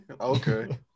okay